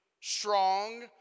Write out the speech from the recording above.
strong